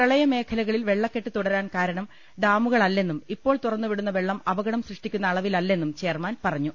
പ്രളയമേഖലകളിൽ വെള്ളക്കെട്ട് തുടരാൻ കാരണം ഡാമുകളല്ലെന്നും ഇപ്പോൾ തുറന്നുവിടുന്ന വെള്ളം അപകടം സൃഷ്ടിക്കുന്ന അളവിലല്ലെന്നും ചെയർമാൻ പറഞ്ഞു